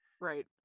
right